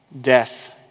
death